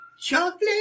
Chocolate